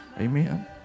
Amen